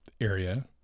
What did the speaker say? area